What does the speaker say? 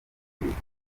kwivuza